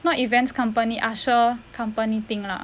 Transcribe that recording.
not events company usher company thing lah